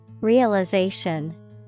Realization